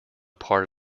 part